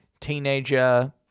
teenager